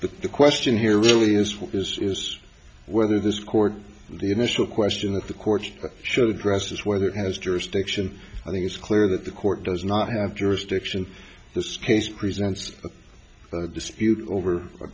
but the question here really useful is whether this court the initial question that the court should dress is whether it has jurisdiction i think it's clear that the court does not have jurisdiction this case presents a dispute over